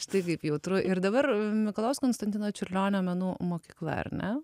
štai kaip jautru ir dabar mikalojaus konstantino čiurlionio menų mokykla ar ne